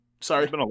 Sorry